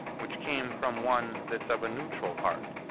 which came from one that's of a neutral heart,